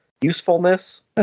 usefulness